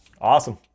Awesome